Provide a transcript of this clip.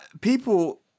people